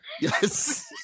Yes